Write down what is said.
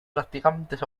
practicantes